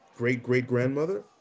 great-great-grandmother